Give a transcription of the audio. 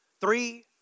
Three